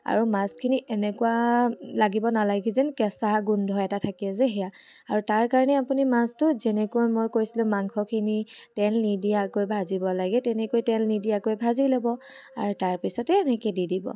আৰু মাছখিনি এনেকুৱা লাগিব নালাগে যেন কেঁচা গোন্ধ এটা থাকে যে সেয়া আৰু তাৰকাৰণে আপুনি মাছটো যেনেকুৱা মই কৈছিলোঁ মাংসখিনি তেল নিদিয়াকৈ ভাজিব লাগে তেনেকৈ তেল নিদিয়াকৈ ভাজি ল'ব আৰু তাৰপিছতে তেনেকৈ দি দিব